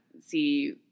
see